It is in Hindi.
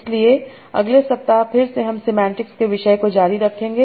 इसलिए अगले सप्ताह फिर से हम सेमांटिक्स के विषय को जारी रखेंगे